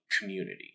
community